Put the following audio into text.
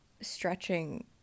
stretching